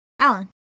Alan